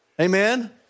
Amen